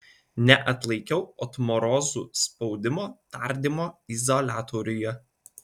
neatlaikiau otmorozų spaudimo tardymo izoliatoriuje